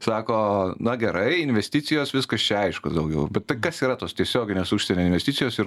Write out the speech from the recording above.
sako na gerai investicijos viskas čia aišku daugiau bet tai kas yra tos tiesioginės užsienio investicijos ir